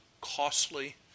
costly